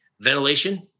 ventilation